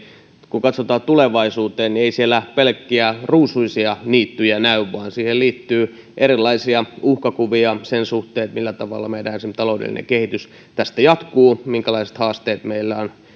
kun katsotaan tulevaisuuteen niin ei siellä pelkkiä ruusuisia niittyjä näy vaan siihen liittyy erilaisia uhkakuvia sen suhteen millä tavalla esimerkiksi meidän taloudellinen kehityksemme tästä jatkuu minkälaiset haasteet meillä on